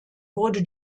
wurde